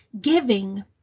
giving